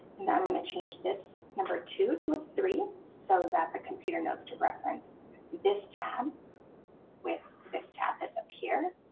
and i'm going to change this number two to a three so that the computer knows to reference this tab with this tab that's up here.